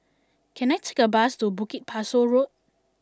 can I take a bus to Bukit Pasoh Road